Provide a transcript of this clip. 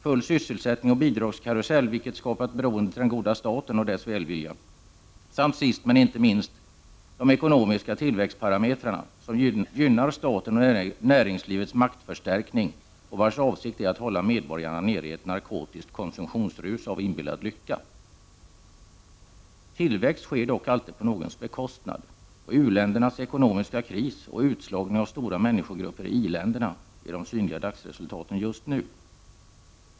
—," full sysselsättning och bidragskarusell — vilket skapat ett ”beroende till den goda staten” och dess välvilja — samt sist men inte minst > ”de ekonomiska tillväxtparametrarna”, som gynnar staten och näringslivets maktförstärkning och vars avsikt är att hålla medborgarna nere i ett narkotiskt konsumtionsrus av inbillad lycka. Tillväxt sker dock alltid på någons bekostnad, och u-ländernas ekonomiska kris och utslagningen av stora människogrupper i i-länderna är de synliga resultaten just nu.